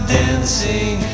dancing